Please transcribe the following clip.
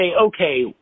okay